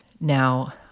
Now